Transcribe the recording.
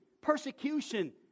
persecution